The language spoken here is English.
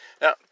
Now